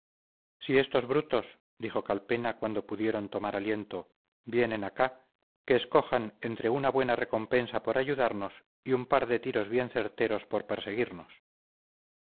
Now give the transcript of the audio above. si esos brutos dijo calpena cuando pudieron tomar aliento vienen acá que escojan entre una buena recompensa por ayudarnos y un par de tiros bien certeros por perseguirnos